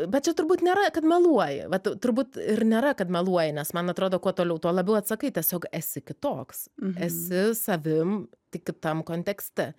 bet čia turbūt nėra kad meluoji vat turbūt ir nėra kad meluoji nes man atrodo kuo toliau tuo labiau atsakai tiesiog esi kitoks esi savim tik kitam kontekste